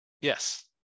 Yes